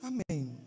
Amen